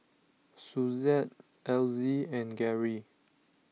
Suzette Elzy and Gary